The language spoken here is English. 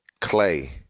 Clay